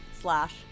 slash